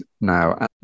now